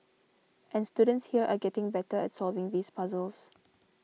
and students here are getting better at solving these puzzles